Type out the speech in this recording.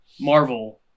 Marvel